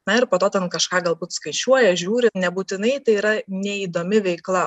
na ir po to ten kažką galbūt skaičiuoja žiūri nebūtinai tai yra neįdomi veikla